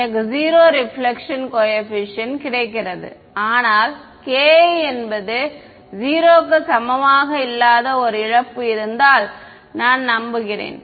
எனக்கு 0 reflection coefficient கிடைக்கிறது ஆனால் ki என்பது 0 க்கு சமமாக இல்லாத ஒரு இழப்பு இருந்தால் நான் நம்புகிறேன்